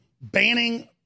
banning